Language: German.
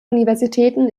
universitäten